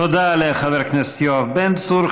תודה לחבר הכנסת יואב בן צור.